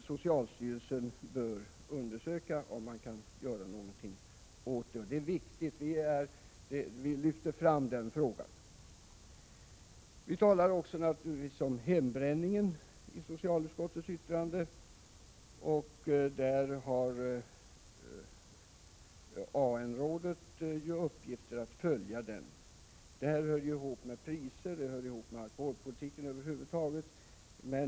Socialstyrelsen bör undersöka om det går att göra något åt detta. Eftersom det här är viktigt, lyfter vi också fram frågan. Naturligtvis talar vi också om hembränningen i betänkandet. AN-rådet har i uppgift att följa frågan. Det här hör ju ihop med priser, ja, med alkoholpolitiken över huvud taget.